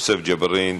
יוסף ג'בארין,